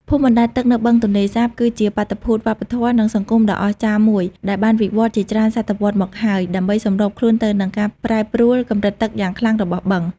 ភូមិបណ្ដែតទឹកនៅបឹងទន្លេសាប គឺជាបាតុភូតវប្បធម៌ និងសង្គមដ៏អស្ចារ្យមួយដែលបានវិវត្តន៍ជាច្រើនសតវត្សរ៍មកហើយ ដើម្បីសម្របខ្លួនទៅនឹងការប្រែប្រួលកម្រិតទឹកយ៉ាងខ្លាំងរបស់បឹង។